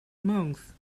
month